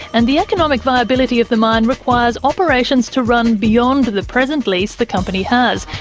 and the economic viability of the mine requires operations to run beyond the the present lease the company has,